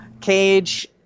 Cage